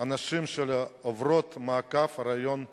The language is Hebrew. הנשים שלא עוברות מעקב היריון מינימלי,